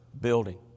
building